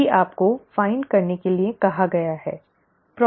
यही आपको खोजने के लिए कहा गया है